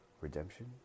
redemption